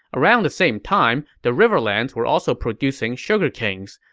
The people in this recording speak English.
around the same time, the riverlands were also producing sugar canes,